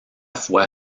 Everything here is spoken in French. foi